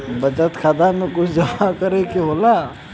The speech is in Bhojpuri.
बचत खाता मे कुछ जमा करे से होला?